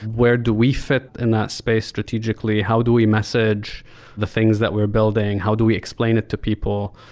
where do we fit in that space strategically? how do we message the things that we're building? how do we explain it to people?